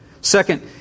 Second